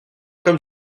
comme